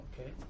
okay